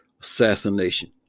assassination